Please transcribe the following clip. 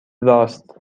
راست